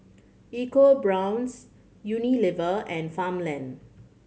EcoBrown's Unilever and Farmland